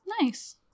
Nice